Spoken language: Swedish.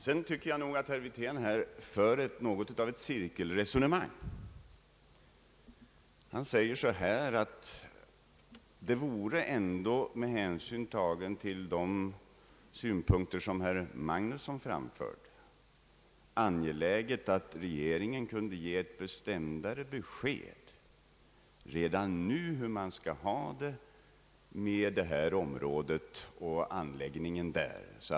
Sedan tycker jag att herr Wirtén för något av ett cirkelresonemang. Han säger att med hänsyn tagen till de synpunkter som herr Magnusson framfört vore det angeläget att regeringen redan nu gav ett mera bestämt besked hur det skall bli med anläggningen och området i fråga.